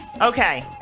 Okay